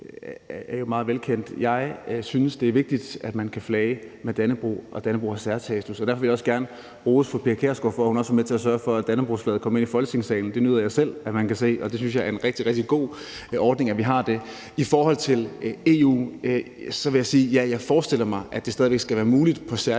er meget velkendt. Jeg synes, det er vigtigt, at man kan flage med Dannebrog, og at Dannebrog har særstatus, og derfor vil jeg også gerne rose fru Pia Kjærsgaard for, at hun var med til at sørge for, at dannebrogsflaget kom ind i Folketingssalen. Det nyder jeg selv at man kan se, og jeg synes, det er en rigtig, rigtig god ordning, at vi har det. I forhold til EU vil jeg sige, at jeg forestiller mig, at det stadig væk skal være muligt på særlige